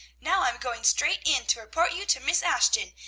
now i'm going straight in to report you to miss ashton,